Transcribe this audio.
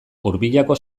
urbiako